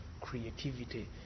creativity